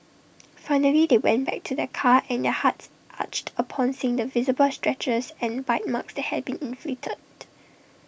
finally they went back to their car and their hearts ached upon seeing the visible scratches and bite marks that had been inflicted